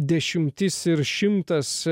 dešimtis ir šimtas